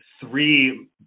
Three